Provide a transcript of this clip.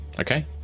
Okay